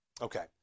Okay